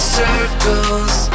circles